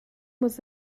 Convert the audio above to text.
was